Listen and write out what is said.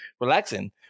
relaxing